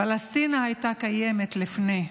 פלסטין הייתה קיימת לפני,